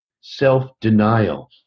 self-denial